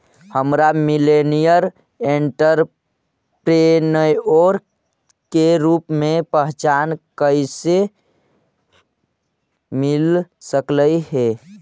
हमरा millennial entrepreneur के रूप में पहचान कइसे मिल सकलई हे?